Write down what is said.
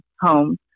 home